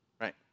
right